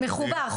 מחובר,